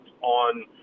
on